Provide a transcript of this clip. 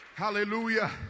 Hallelujah